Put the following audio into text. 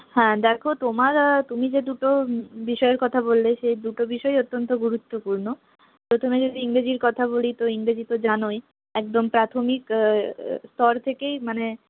হ্যাঁ দেখো তোমার তুমি যে দুটো বিষয়ের কথা বললে সেই দুটো বিষয়ই অত্যন্ত গুরুত্বপূর্ণ তো তুমি যদি ইংরেজির কথা বলি ইংরেজি তো জানই একদম প্রাথমিক স্তর থেকেই মানে